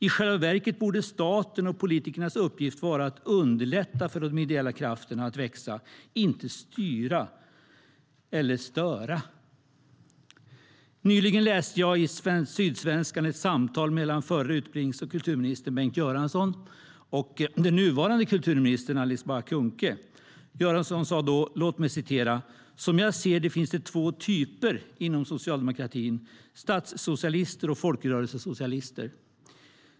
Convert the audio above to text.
I själva verket borde statens och politikernas uppgift vara att underlätta för de ideella krafterna att växa - inte att styra eller störa. Nyligen läste jag i Sydsvenskan ett samtal mellan förre utbildnings och kulturministern Bengt Göransson och den nuvarande kulturministern Alice Bah Kuhnke. Göransson sa då att som han ser det finns det två typer inom socialdemokratin: statssocialister och folkrörelsesocialister.